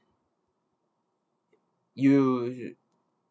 you